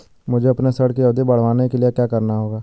मुझे अपने ऋण की अवधि बढ़वाने के लिए क्या करना होगा?